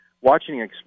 watching